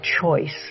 choice